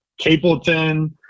capleton